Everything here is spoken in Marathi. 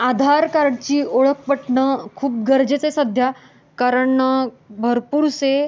आधार कार्डची ओळख पटणं खूप गरजेचं आहे सध्या कारण भरपूर असे